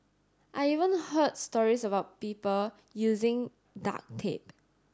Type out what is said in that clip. I even heard stories about people using duct tape